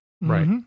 right